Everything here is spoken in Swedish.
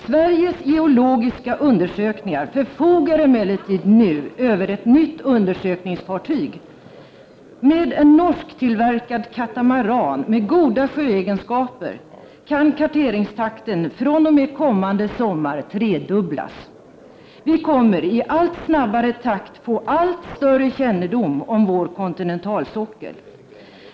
Sveriges geologiska undersökningar förfogar emellertid nu över ett nytt undersökningsfartyg. Med en norsktillverkad katamaran med goda sjöegenskaper kan karteringstakten fr.o.m. kommande sommar tredubblas. Vi kommer i allt snabbare takt få allt större kännedom om vår kontinentalsockel.